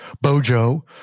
Bojo